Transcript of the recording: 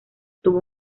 tuvo